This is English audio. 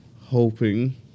hoping